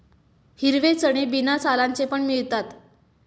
हिरवे चणे बिना सालांचे पण मिळतात